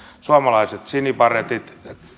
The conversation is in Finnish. suomalaiset sinibaretit